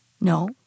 No